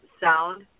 sound